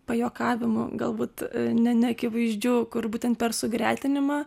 pajuokavimų galbūt ne neakivaizdžių kur būtent per sugretinimą